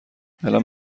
الان